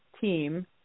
team